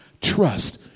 trust